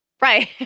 Right